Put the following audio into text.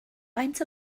faint